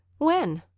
when?